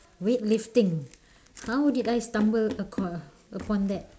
weightlifting how did I stumble upon upon that